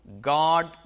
God